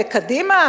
בקדימה,